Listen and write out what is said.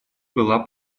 была